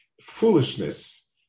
Foolishness